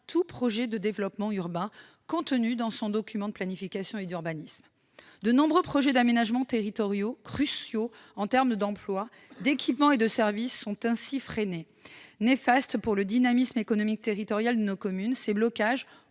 tout projet de développement urbain contenu dans le document de planification et d'urbanisme ? De nombreux projets d'aménagement territorial, cruciaux en termes d'emplois, d'équipements et des services, sont ainsi freinés. Ces blocages, néfastes pour le dynamisme économique territorial de nos communes, ont notamment